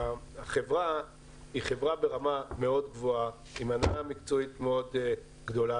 החברה היא חברה ברמה מאוד גבוהה עם הנהלה מקצועית מאוד גדולה,